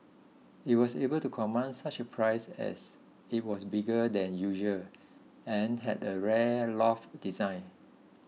it was able to command such a price as it was bigger than usual and had a rare loft design